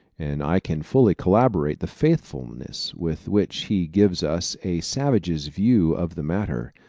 and i can fully corroborate the faithfulness with which he gives us a savage's view of the matter.